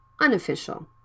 unofficial